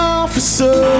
officer